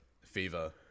fever